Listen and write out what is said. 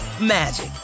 magic